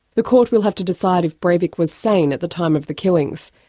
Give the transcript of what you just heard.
the court will have to decide if breivik was sane at the time of the killings.